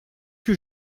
que